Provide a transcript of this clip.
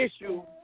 issue